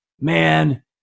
man